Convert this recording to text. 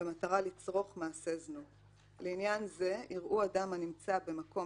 במטרה לצרוך מעשה זנות; לעניין זה יראו אדם הנמצא במקום